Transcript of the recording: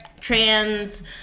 trans